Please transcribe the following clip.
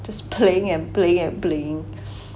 just playing and playing and playing